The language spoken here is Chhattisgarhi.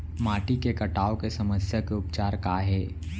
माटी के कटाव के समस्या के उपचार काय हे?